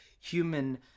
human